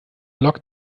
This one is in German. log